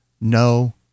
No